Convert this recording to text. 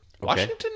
Washington